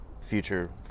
future